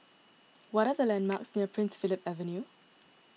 what are the landmarks near Prince Philip Avenue